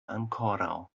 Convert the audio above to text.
ankoraŭ